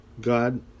God